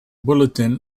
bulletin